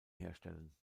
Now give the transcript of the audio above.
herstellen